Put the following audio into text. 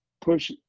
push